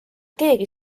keegi